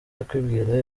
akibwira